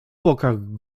bokach